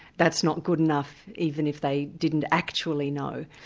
that's not good enough, even if they didn't actually know.